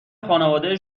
خانواده